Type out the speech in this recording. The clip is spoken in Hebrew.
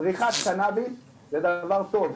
פריחת קנאביס זה דבר טוב,